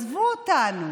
עזבו אותנו.